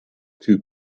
two